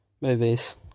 movies